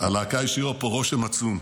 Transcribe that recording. השאירה פה רושם עצום.